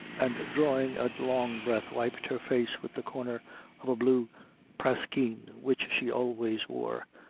and drawing a long breath, wiped her face with the corner of a blue praskeen which she always wore,